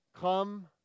come